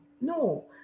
no